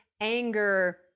anger